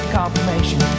confirmation